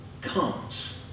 comes